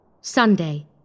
Sunday